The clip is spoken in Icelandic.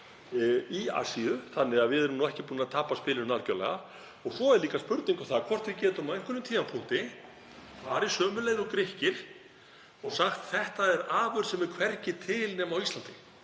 í Asíu þannig að við erum ekki búin að tapa spilinu algjörlega. Svo er líka spurning hvort við getum á einhverjum tímapunkti farið sömu leið og Grikkir og sagt: Þetta er afurð sem er hvergi til nema á Íslandi.